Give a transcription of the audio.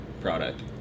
product